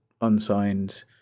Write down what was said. unsigned